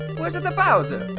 where's the bowser?